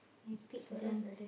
my pig don't h~